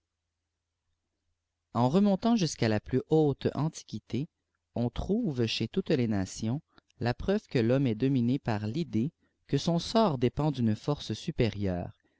en remontant jusqu'à la plus haute antiquité on trouve chez toutes les nations la preuve que l'homme est dominé par l'idée que son sort dépend d'une force supérieure